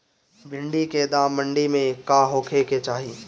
भिन्डी के दाम मंडी मे का होखे के चाही?